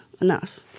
enough